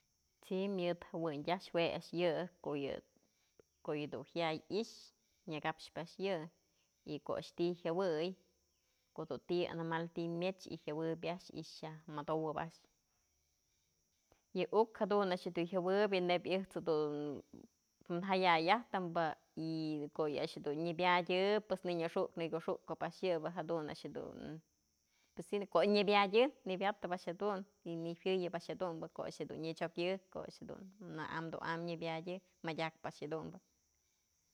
Si myëd jëwëndtyë a'ax jue a'ax yë ko'o yë dun jaya'ay i'ixë nyëkap a'ax yë y ko'o a'ax ti'i jyëwëy ko'o dun ti animal ti'i myëch y jëwëb a'ax, yaj mëdowab a'ax, yë uk jadun a'ax dun jëwëbyë neyb ëjt's jedun jaya'ay ajtëmbë y ko'o yë a'ax tun nyëbyadyë pues ninyëxukëp nëkoxukëp a'ax yëbë jadun a'ax jedun, pues si ko'o nyëbadyë nëbyatep a'ax jedun y nëjuëyëp a'ax jedunbë ko'o a'ax jedun nyësokyë ko'o a'ax jedun nëam tu'am nyëbadyë madyakpë a'ax jedumbë.